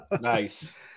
Nice